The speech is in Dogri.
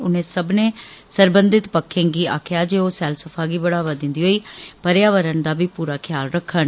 उनें सब्बनें सरबंधित पक्खें गी आक्खेआ जे ओ सैलसफा गी बढ़ावा दिन्दे होई पर्यावरण दा बी पूरा ख्याल रक्खन